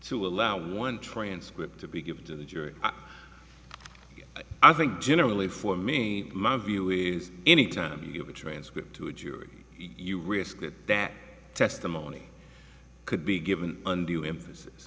to allow one transcript to be given to the jury i think generally for me my view is any time you give a transcript to a jury you risk that that testimony could be given undue emphasis